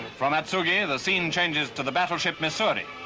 from natsuki, the scene changes to the battleship missouri.